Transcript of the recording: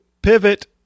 pivot